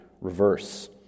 reverse